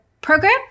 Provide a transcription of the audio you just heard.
program